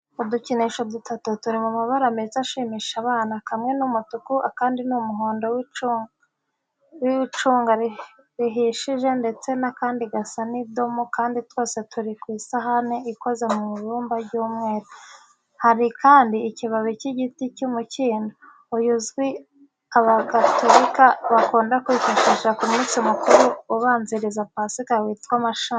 Udukinisho dutatu turi mu mabara meza ashimisha abana, kamwe ni umutuku, akandi umuhondo w'icunga rihishije ndetse n'akandi gasa n'idoma kandi twose turi ku isahani ikoze mu ibumba ry'umweru. Hari kandi ikibabi cy'igiti cy'umukindo, uyu uzwi abagatolika bakunda kwifashisha ku munsi mukuru ubanziriza Pasika witwa mashami.